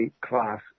class